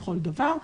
לכל דבר.